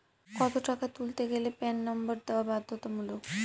কত টাকা তুলতে গেলে প্যান নম্বর দেওয়া বাধ্যতামূলক?